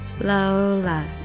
Lola